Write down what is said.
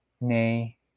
Nay